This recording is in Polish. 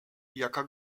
jaka